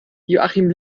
joachim